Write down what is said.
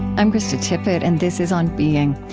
i'm krista tippett and this is on being.